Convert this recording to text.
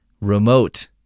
remote